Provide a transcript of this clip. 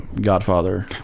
Godfather